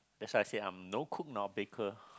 that's why I said I'm no cook nor baker